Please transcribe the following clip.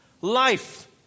Life